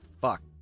fuck